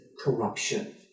corruption